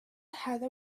heather